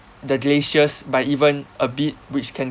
the glaciers by even a bit which can